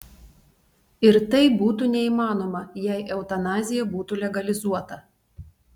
ir tai būtų neįmanoma jei eutanazija būtų legalizuota